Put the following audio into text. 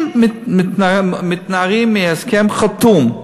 אם מתנערים מהסכם חתום,